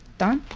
don